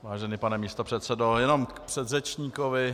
Vážený pane místopředsedo, jenom k předřečníkovi.